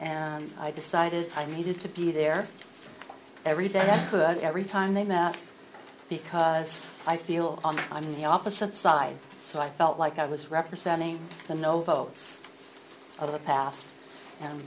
and i decided i needed to be there every damn good every time they met because i feel i'm the opposite side so i felt like i was representing the no votes of the past and